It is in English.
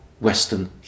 Western